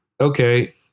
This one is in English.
okay